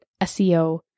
SEO